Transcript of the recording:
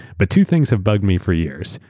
but two things have bugged me for years.